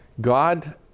God